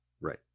Right